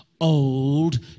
old